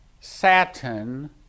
satin